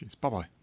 Bye-bye